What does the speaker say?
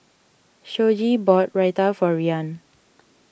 Shoji bought Raita for Rian